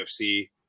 UFC